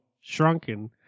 shrunken